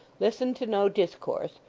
listened to no discourse,